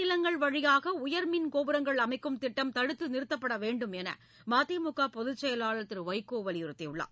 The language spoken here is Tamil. நிலங்கள் வழியாக உயர்மின் கோபுரங்கள் அமைக்கும் திட்டம் தடுத்து நிறுத்தப்பட விளை வேண்டும் என மதிமுக பொதுச் செயலாளர் திரு வைகோ வலியுறுத்தியுள்ளார்